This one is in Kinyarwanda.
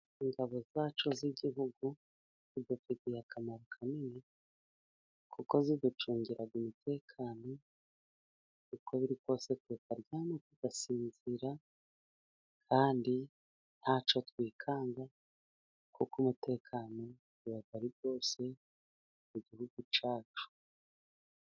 Ingabo zacu z'igihugu zidufitiye akamaro kanini, kuko zigacungira umutekano, uko biri kose tukaryama tugasinzira kandi ntacyo twikanga kuko umutekano uba ari ari wose mu gihugu cyacu.